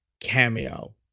cameo